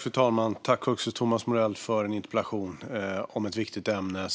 Fru talman! Tack, Thomas Morell, för en interpellation om ett viktigt ämne!